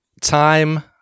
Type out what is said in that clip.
time